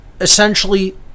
essentially